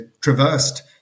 traversed